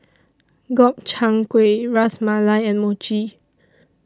Gobchang Gui Ras Malai and Mochi